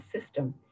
system